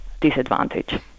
disadvantage